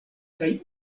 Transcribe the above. kaj